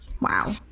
Wow